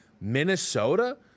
Minnesota